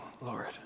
Lord